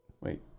Wait